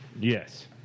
yes